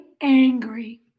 angry